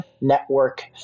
network